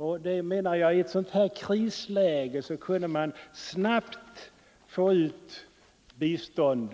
Jag menar att man i ett krisläge som det nuvarande snabbt skulle kunna få ut bistånd